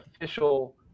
official